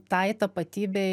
tai tapatybei